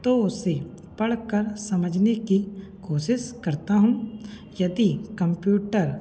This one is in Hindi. तो उसे पढ़कर समझने की कोशिश करता हूँ यदि कंप्यूटर